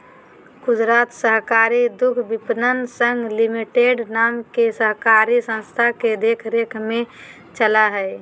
गुजरात सहकारी दुग्धविपणन संघ लिमिटेड नाम के सहकारी संस्था के देख रेख में चला हइ